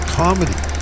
comedy